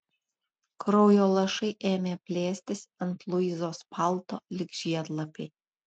kraujo lašai ėmė plėstis ant luizos palto lyg žiedlapiai